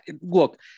look